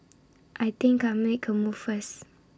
I think I'll make A move first